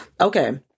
Okay